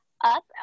up